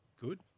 good